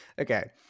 Okay